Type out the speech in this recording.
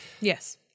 Yes